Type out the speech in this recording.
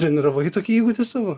treniravai tokį įgūdį savo